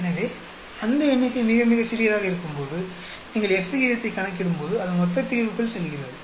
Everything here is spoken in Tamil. எனவே அந்த எண்ணிக்கை மிக மிகச் சிறியதாக இருக்கும்போது நீங்கள் F விகிதத்தைக் கணக்கிடும்போது அது மொத்தப்பிரிவுக்குள் செல்கிறது